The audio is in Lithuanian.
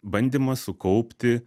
bandymas sukaupti